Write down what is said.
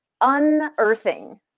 unearthing